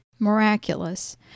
miraculous